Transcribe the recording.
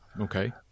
Okay